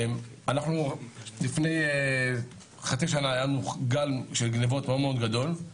לפני חצי שנה היה גל גניבות מאוד גדול.